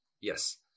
Yes